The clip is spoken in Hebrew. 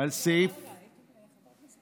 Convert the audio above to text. על סעיף, צריך להציג את החוק.